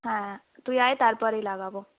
হ্যাঁ তুই আয় তারপরেই লাগাব